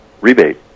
rebate